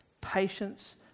patience